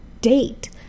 date